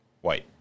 white